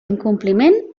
incompliment